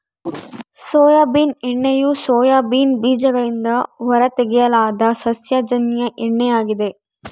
soybean ಎಣ್ಣೆಯು soybean ಬೀಜಗಳಿಂದ ಹೊರತೆಗೆಯಲಾದ ಸಸ್ಯಜನ್ಯ ಎಣ್ಣೆ ಆಗಿದೆ